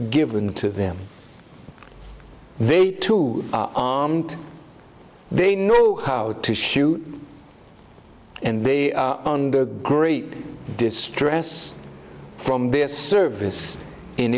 given to them they too are armed they know how to shoot and they under great distress from their service in